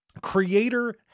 creator